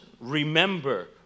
remember